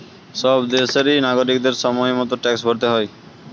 সব দেশেরই নাগরিকদের সময় মতো ট্যাক্স ভরতে হয়